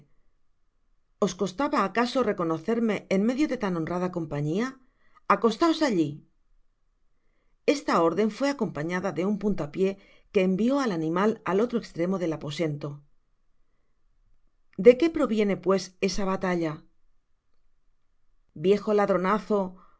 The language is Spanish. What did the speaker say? hombreos costaba acaso reconocerme en medio de tan honrada compañia acostaos alli esta órden fué acompañada de un puntapié que envió al animal al otro estremo del aposento de que proviene pues esa batalla viejo ladronazo porque maltratais á